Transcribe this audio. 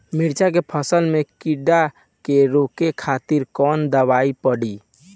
मिर्च के फसल में कीड़ा के रोके खातिर कौन दवाई पड़ी?